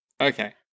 Okay